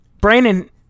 Brandon